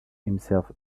himself